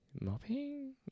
mopping